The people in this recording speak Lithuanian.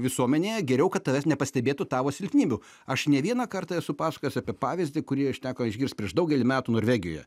visuomenėje geriau kad tavęs nepastebėtų tavo silpnybių aš ne vieną kartą esu pasakojęs apie pavyzdį kurį aš teko išgirst prieš daugelį metų norvegijoje